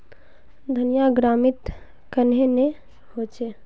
धनिया गर्मित कन्हे ने होचे?